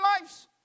lives